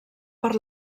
per